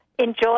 enjoy